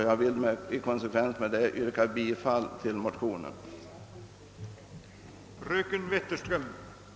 Jag vill i konsekvens därmed yrka bifall till motionerna 1: 743 och II: 856.